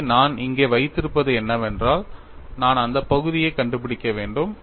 எனவே நான் இங்கே வைத்திருப்பது என்னவென்றால் நான் அந்த பகுதியைக் கண்டுபிடிக்க வேண்டும்